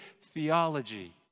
theology